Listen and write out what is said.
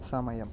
സമയം